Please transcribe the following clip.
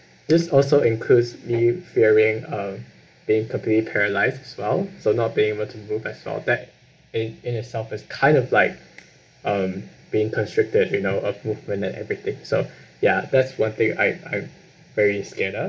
this also includes me fearing of being completely paralysed as well so not being able to move as well that in in itself is kind of like um being constricted you know of movement and everything so ya that's one thing I I've very scared of